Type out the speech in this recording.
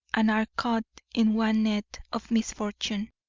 and are caught in one net of misfortune.